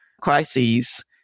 crises